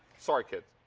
sorry kids.